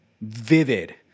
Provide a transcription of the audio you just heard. vivid